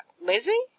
Lizzie